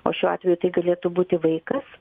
o šiuo atveju tai galėtų būti vaikas